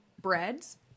breads